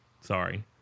Sorry